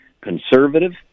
conservative